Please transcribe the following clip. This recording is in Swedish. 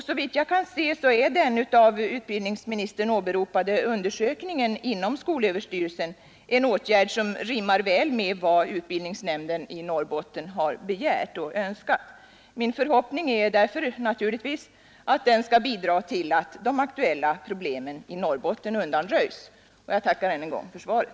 Såvitt jag kan se är den av utbildningsministern åberopade undersökningen inom skolöverstyrelsen en åtgärd som rimmar väl med vad utbildningsnämnden i Norrbotten har begärt och önskat. Min förhopp ning är naturligtvis därför att den skall bidra till att de aktuella problemen i Norrbotten undanröjs. Jag tackar än en gång för svaret.